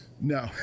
No